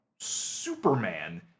Superman